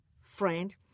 Friend